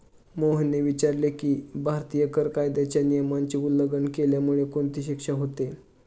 मोहनने विचारले की, भारतीय कर कायद्याच्या नियमाचे उल्लंघन केल्यामुळे कोणती शिक्षा होते?